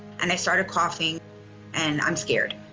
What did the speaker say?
and i started coughing and i'm scared.